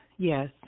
Yes